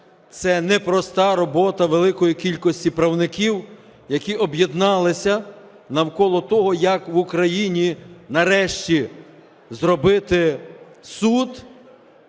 це непроста робота великої кількості правників, які об'єдналися навколо того, як в Україні нарешті зробити суд